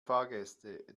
fahrgäste